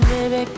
Baby